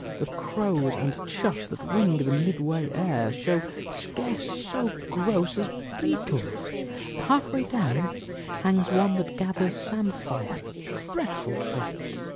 the crows and choughs that wing the midway air show scarce so gross as beetles half way down hangs one that gathers samphire dreadful trade!